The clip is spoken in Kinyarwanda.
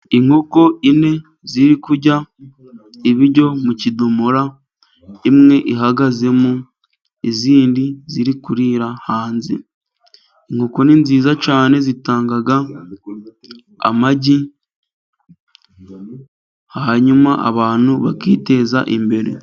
Inkoko enye ziri kurya ibiryo mu kidomoro, imwe ihagazemo izindi ziri kurira hanze. inkoko ni nziza cyane zitanga amagi, hanyuma abantu bakiteza imbere.